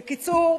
בקיצור,